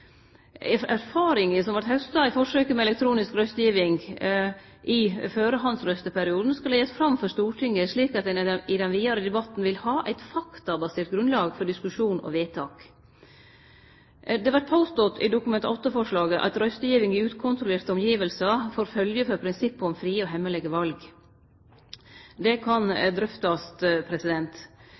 som vert hausta i forsøket med elektronisk røystegiving i førehandsrøysteperioden, skal leggjast fram for Stortinget, slik at ein i den vidare debatten vil ha eit faktabasert grunnlag for diskusjon og vedtak Det vert påstått i Dokument 8-forslaget at røystegiving i ukontrollerte omgivnader får følgjer for prinsippet om frie og hemmelege val. Det kan drøftast.